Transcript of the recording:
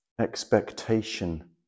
expectation